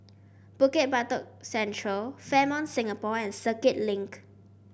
Bukit Batok Central Fairmont Singapore and Circuit Link